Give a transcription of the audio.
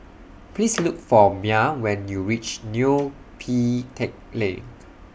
Please Look For Myah when YOU REACH Neo Pee Teck Lane